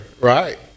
right